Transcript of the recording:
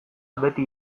beti